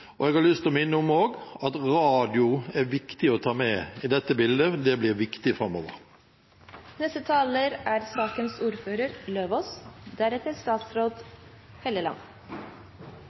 har også lyst til å minne om at radio er viktig å ta med i dette bildet. Det blir viktig